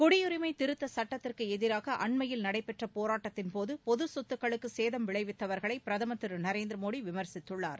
குடியுரிமை திருத்த சுட்டத்திற்கு எதிராக அண்மையில் நடைபெற்ற போராட்டத்தின்போது பொது சொத்துக்களுக்கு சேதம் விளைவித்தவர்களை பிரதமர் திரு நரேந்திர மோடி விமர்சித்துள்ளார்